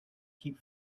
keep